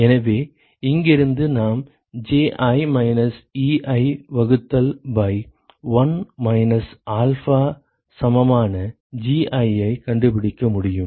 எனவே இங்கிருந்து நாம் Ji மைனஸ் Ei வகுத்தல் பை 1 மைனஸ் ஆல்பா சமமான Gi யை கண்டுபிடிக்க முடியும்